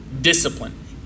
discipline